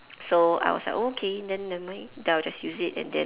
so I was like oh okay then never mind then I will just use it and then